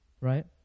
right